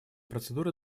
процедуры